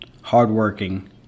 hardworking